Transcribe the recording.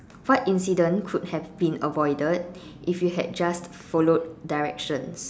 what incident could have been avoided if you had just followed directions